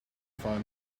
five